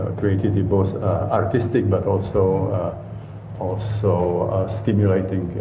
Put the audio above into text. ah creativity both artistic, but also so stimulating